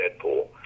Deadpool